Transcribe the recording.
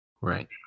Right